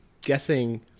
guessing